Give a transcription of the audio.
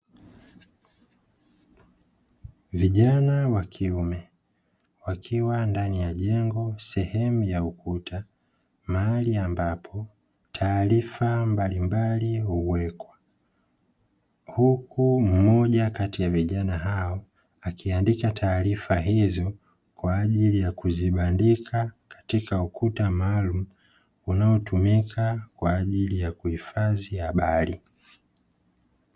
Vijana wa kiume wakiwa ndani ya jengo sehemu ya ukuta, mahali ambapo taarifa mbalimbali huwekwa. Huku mmoja kati ya vijana hao akiandika taarifa hizo kwa ajili ya kuzibandika katika ukuta maalumu, unao tumika kwa ajili ya kuhifadhi habari.